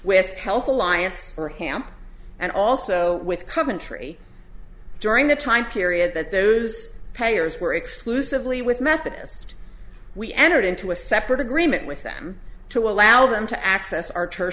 with health alliance for hamp and also with coventry during the time period that those prayers were exclusively with methodist we entered into a separate agreement with them to allow them to access our